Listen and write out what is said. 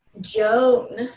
Joan